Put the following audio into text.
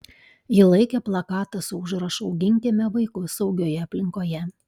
ji laikė plakatą su užrašu auginkime vaikus saugioje aplinkoje